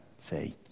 say